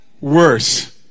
worse